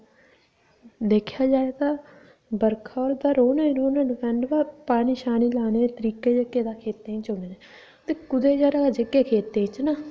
दिक्खेआ जाए तां बर्खा उप्पर रौह्ना गै रौह्ना डिपैंड बाऽ पर पानी लाने दे तरीके जेह्के तां औने चाहिदे ते कुदै जगह खेतें च ना